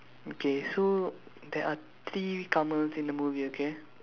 okay so there are three Kamals in the movie okay